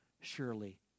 surely